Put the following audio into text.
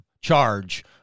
charge